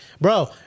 Bro